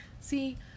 See